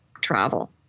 travel